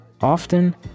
Often